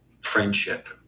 friendship